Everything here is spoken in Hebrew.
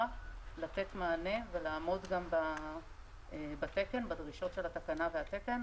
לתת מענה ולעמוד בדרישות התקנה והתקן.